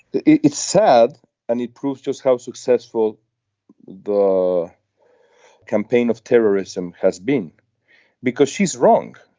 it's sad and it proves just how successful the campaign of terrorism has been because she's wrong.